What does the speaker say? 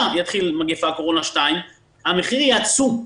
תתחיל מגפת קורונה 2 המחיר יהיה עצום.